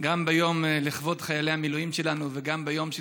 גם ביום לכבוד חיילי המילואים שלנו וגם ביום של